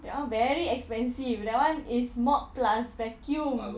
that [one] very expensive that [one] is mop plus vacuum